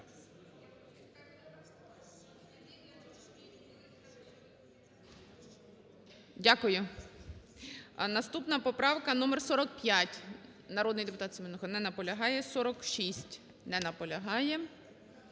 Дякую. Наступна поправка номер 45, народний депутат Семенуха. Не наполягає. 46. Не наполягає.